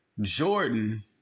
Jordan